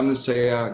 גם לסייע,